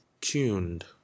tuned